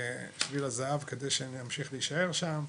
שביל הזהב, על מנת שאני אמשיך להישאר שם.